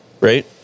right